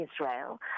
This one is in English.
israel